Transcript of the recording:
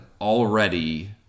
already